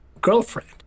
girlfriend